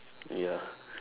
ya